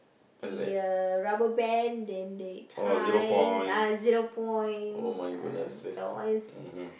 the uh rubber band then they tie ah zero point uh that one is